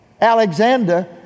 Alexander